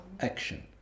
action